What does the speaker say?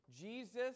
Jesus